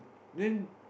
then